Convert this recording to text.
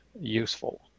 useful